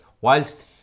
whilst